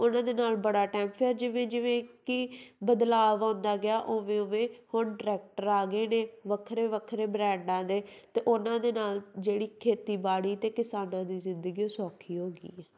ਉਹਨਾਂ ਦੇ ਨਾਲ ਬੜਾ ਟੈਮ ਫਿਰ ਜਿਵੇਂ ਜਿਵੇਂ ਕਿ ਬਦਲਾਵ ਆਉਂਦਾ ਗਿਆ ਉਵੇਂ ਉਵੇਂ ਹੁਣ ਟਰੈਕਟਰ ਆ ਗਏ ਨੇ ਵੱਖਰੇ ਵੱਖਰੇ ਬ੍ਰੈਂਡਾਂ ਦੇ ਅਤੇ ਉਹਨਾਂ ਦੇ ਨਾਲ ਜਿਹੜੀ ਖੇਤੀਬਾੜੀ ਅਤੇ ਕਿਸਾਨਾਂ ਦੀ ਜ਼ਿੰਦਗੀ ਉਹ ਸੌਖੀ ਹੋ ਗਈ ਆ